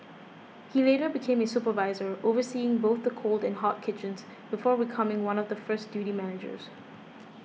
he later became a supervisor overseeing both the cold and hot kitchens before becoming one of the first duty managers